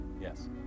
Yes